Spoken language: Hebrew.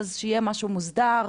אז שיהיה משהו מוסדר,